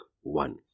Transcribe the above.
one